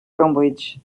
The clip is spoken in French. cambridge